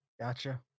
Gotcha